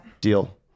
Deal